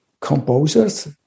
composers